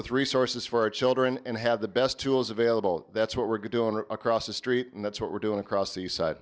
with resources for our children and have the best tools available that's what we're doing across the street and that's what we're doing across